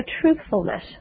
truthfulness